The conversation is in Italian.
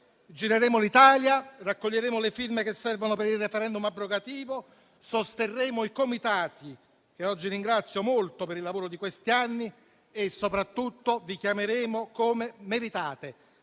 Gireremo l'Italia, raccoglieremo le firme che servono per il *referendum* abrogativo, sosterremo i comitati - che oggi ringrazio molto per il lavoro svolto in questi anni - e soprattutto vi chiameremo come meritate.